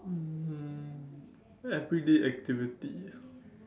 um everyday activity